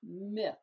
myth